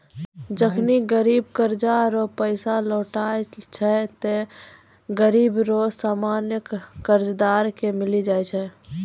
जखनि गिरब कर्जा रो पैसा लौटाय छै ते गिरब रो सामान कर्जदार के मिली जाय छै